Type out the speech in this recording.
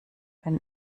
wenn